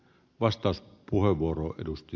arvoisa puhemies